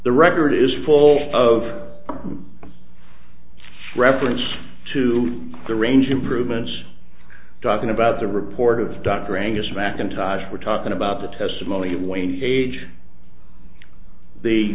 the record is full of reference to the range improvements talking about the report of dr angus mackintosh we're talking about the testimony